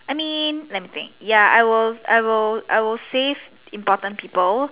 I mean let me think ya I will I will I will save important people